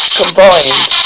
combined